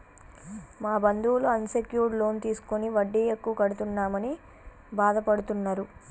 మా బంధువులు unsecured loan తీసుకుని వడ్డీ ఎక్కువ కడుతున్నామని బాధపడుతున్నరు